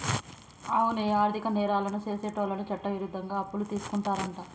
అవునే ఆర్థిక నేరాలను సెసేటోళ్ళను చట్టవిరుద్ధంగా అప్పులు తీసుకుంటారంట